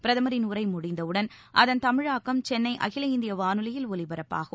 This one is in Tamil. பிரதமரின் உரை முடிந்தவுடன் அதன் தமிழாக்கம் சென்னை அகில இந்திய வானொலியில் ஒலிபரப்பாகும்